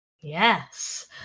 Yes